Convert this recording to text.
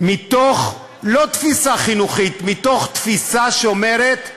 לא מתוך תפיסה חינוכית, מתוך תפיסה שאומרת: